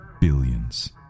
billions